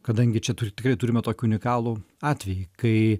kadangi čia turi tikrai turime tokį unikalų atvejį kai